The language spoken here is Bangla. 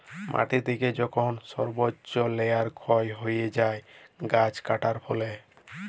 মাটি থেকে যখল সর্বচ্চ লেয়ার ক্ষয় হ্যয়ে যায় গাছ কাটার ফলে